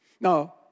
No